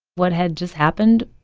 what had just happened